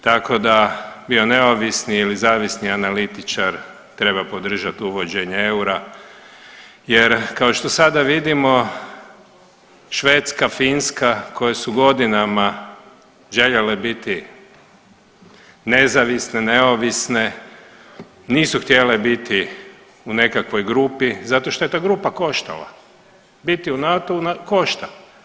Tako da bio neovisni ili zavisni analitičar treba podržati uvođenje eura jer kao što sada vidimo Švedska, Finska koje su godinama željele biti nezavisne, neovisne, nisu htjele biti u nekakvoj grupi zato što je ta grupa koštala, biti u NATO-u košta.